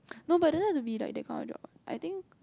no but doesn't have to be like that kind of job I think